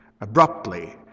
abruptly